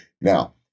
Now